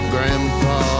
Grandpa